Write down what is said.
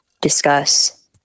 discuss